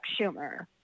Schumer